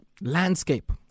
landscape